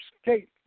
escape